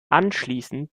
anschließend